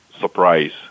surprise